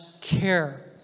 care